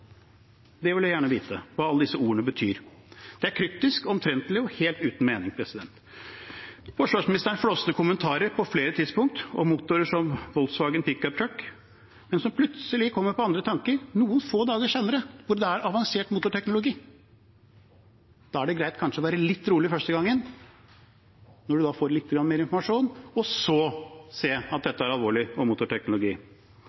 vil gjerne vite hva alle disse ordene betyr. Det er kryptisk, omtrentlig og helt uten mening. Forsvarsministeren hadde flåsete kommentarer på flere tidspunkt om motorer som Volkswagen pickup-truck, men kom plutselig på andre tanker noen få dager senere, da er det avansert motorteknologi. Da er det greit kanskje å være litt rolig første gangen, før man får lite grann mer informasjon, og så se at